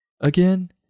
Again